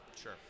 Sure